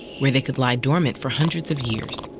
where they could lie dormant for hundreds of years.